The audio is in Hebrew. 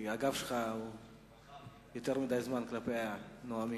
כי הגב שלך יותר מדי זמן כלפי הנואמים.